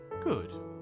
Good